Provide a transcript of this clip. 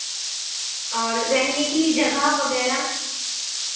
और रहने के लिए जगह वगैरह